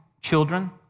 children